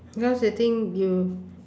because the thing you